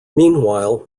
meanwhile